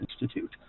institute